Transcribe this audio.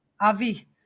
Avi